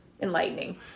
enlightening